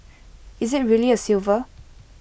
is IT really A silver